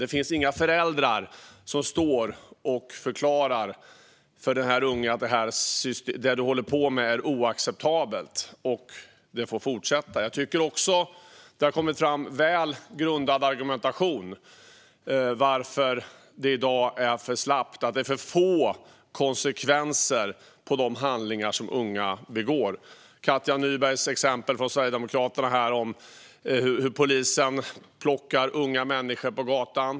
Det finns inga föräldrar som står och förklarar för denna unga person att det som han eller hon håller på med är oacceptabelt, utan detta får fortsätta. Jag tycker också att det har kommit fram väl grundad argumentation om varför det i dag är för slappt och att det blir för få konsekvenser av de handlingar som unga utför. Katja Nyberg från Sverigedemokraterna tog upp exempel om hur polisen plockar upp unga människor på gatan.